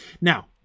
Now